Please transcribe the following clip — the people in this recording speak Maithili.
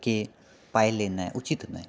के पाइ लेनाइ उचित नहि